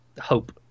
hope